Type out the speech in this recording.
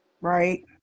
right